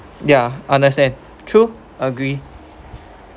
ya understand true agree